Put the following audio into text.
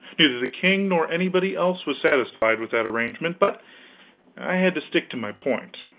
neither the king nor anybody else was satisfied with that arrangement, but i had to stick to my point.